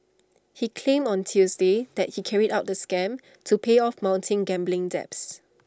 he claimed on Tuesday that he carried out the scam to pay off mounting gambling debts